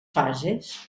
fases